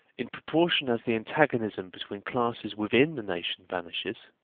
in proportion as the antagonism between classes within the nation vanishes,